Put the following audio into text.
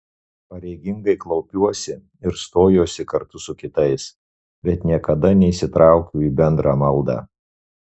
pareigingai klaupiuosi ir stojuosi kartu su kitais bet niekada neįsitraukiu į bendrą maldą